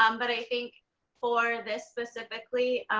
um but i think for this specifically,